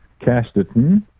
Casterton